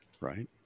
Right